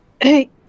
Hey